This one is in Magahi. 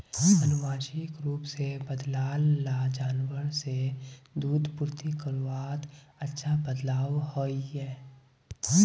आनुवांशिक रूप से बद्लाल ला जानवर से दूध पूर्ति करवात अच्छा बदलाव होइए